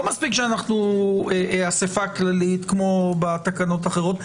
לא מספיק שאסיפה כללית כמו בתקנות אחרות,